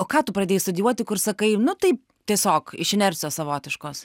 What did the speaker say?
o ką tu pradėjai studijuoti kur sakai nu taip tiesiog iš inercijos savotiškos